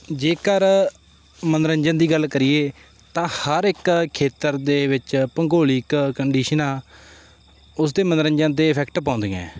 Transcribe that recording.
ਜੇਕਰ ਮਨੋਰੰਜਨ ਦੀ ਗੱਲ ਕਰੀਏ ਤਾਂ ਹਰ ਇੱਕ ਖੇਤਰ ਦੇ ਵਿੱਚ ਭੂੰਗੋਲਿਕ ਕੰਡੀਸ਼ਨਾਂ ਉਸ ਦੇ ਮਨੋਰੰਜਨ 'ਤੇ ਇਫੈਕਟ ਪਾਉਂਦੀਆਂ ਹੈ